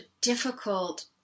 difficult